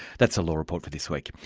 that's the law report for this week.